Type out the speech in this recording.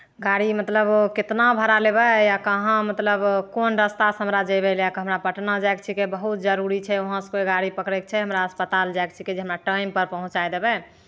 गाड़ी मतलब ओ केतना भाड़ा लेबै या कहाँ मतलब कोन रस्तासँ हमरा जयबै लए कऽ हमरा पटना जायके छिकै बहुत जरूरी छै वहाँसँ फेर गाड़ी पकड़यके छिकै हमरा अस्पताल जायके छिकै जे हमरा टाइमपर पहुँचाए देबै